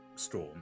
storm